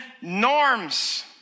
norms